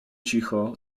cicho